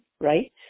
right